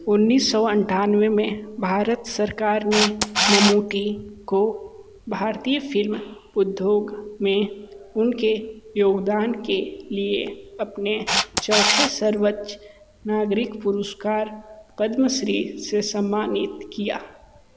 उन्नीस सौ अट्ठानबे में भारत सरकार ने ममूटी को भारतीय फिल्म उद्योग में उनके योगदान के लिए अपने चौथे सर्वोच्च नागरिक पुरस्कार पद्म श्री से सम्मानित किया